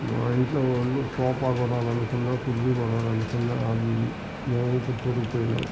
మా ఇంట్లో వాళ్ళు సోఫా కొనాలనుకున్నా కుర్చి కొనాలనుకున్నా మేము పుత్తూరు పోయిన్నాం